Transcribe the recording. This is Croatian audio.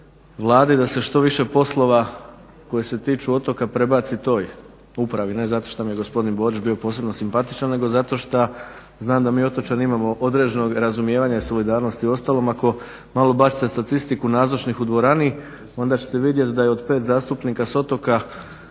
Vladi da se što više poslova koji se tiču otoka prebaci toj upravi, ne zato što mi je gospodin Borić bio posebno simpatičan nego zato šta znam da mi otočani imamo određenog razumijevanja i solidarnosti u ostalom ako malo bacite statistiku nazočnih u dvorani onda ćete vidjeti da je od pet zastupnika s otoka